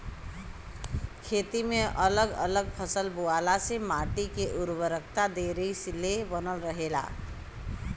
खेती में अगल अलग फसल बोअला से माटी के उर्वरकता देरी ले बनल रहेला